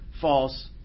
false